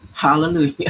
Hallelujah